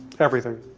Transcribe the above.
everything.